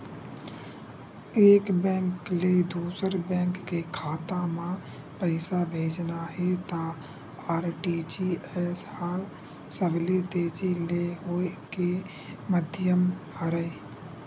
एक बेंक ले दूसर बेंक के खाता म पइसा भेजना हे त आर.टी.जी.एस ह सबले तेजी ले होए के माधियम हरय